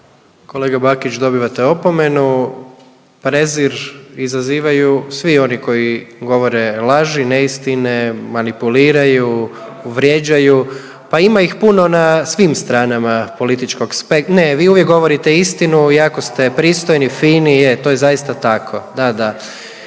Kolega Bakić dobivate opomenu. Prezir izazivaju svi oni koji govore laži, neistine, manipuliraju, vrijeđaju pa ima ih puno na svim stranama političkog, ne vi uvijek govorite istinu, jako ste pristojni fini je to je zaista tako,